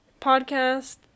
Podcast